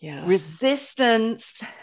resistance